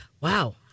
wow